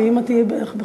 שאם את תהיי בחוקה,